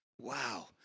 Wow